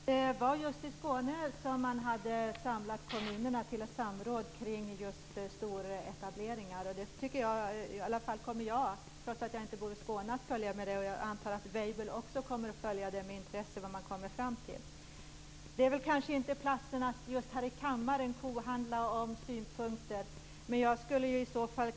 Herr talman! Det var just i Skåne man hade samlat kommunerna till ett samråd kring storetableringar. Jag kommer, trots att jag inte bor i Skåne, med intresse att följa detta för att se vad man kommer fram till, och det antar jag att Weibull också kommer att göra. Kammaren är väl inte direkt platsen för någon kohandel - det borde vi ha pratat mer ordentligt om i utskottet.